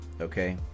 Okay